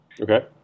Okay